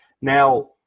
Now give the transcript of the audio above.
Now